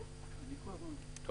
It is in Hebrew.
עבודה.